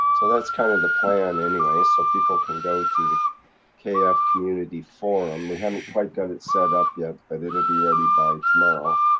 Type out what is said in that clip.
so that's kind of the plan anyway, so people can go to the kf community forum. we haven't quite got it set up yet, but it will be ready by tomorrow.